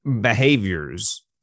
behaviors